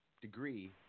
degree